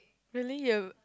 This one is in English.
really you